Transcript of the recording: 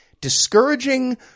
discouraging